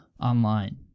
online